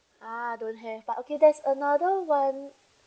ah don't have but okay there's another one